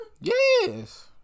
Yes